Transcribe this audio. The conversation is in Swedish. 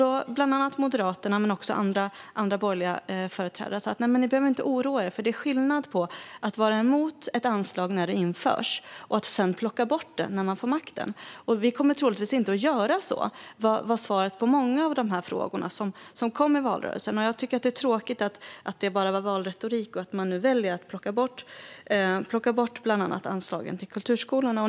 Då sa Moderaterna och andra borgerliga företrädare att de inte behövde oroa sig, för det är skillnad mellan att vara emot ett anslag när det införs och att sedan ta bort det när man får makten. Vi kommer troligtvis inte att göra så, var deras svar på många av de frågor som kom i valrörelsen. Jag tycker att det är tråkigt att det bara var valretorik och att man nu väljer att ta bort bland annat anslagen till kulturskolorna.